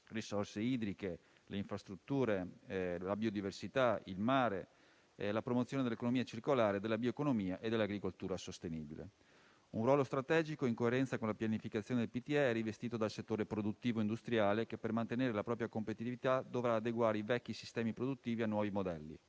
risorse idriche, infrastrutture, biodiversità, il mare, la promozione dell'economica circolare, della bioeconomia e dell'agricoltura sostenibile. Un ruolo strategico, in coerenza con la pianificazione del PTE, è rivestito dal settore produttivo industriale che, per mantenere la propria competitività, dovrà adeguare i vecchi sistemi produttivi a nuovi modelli,